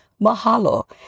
Mahalo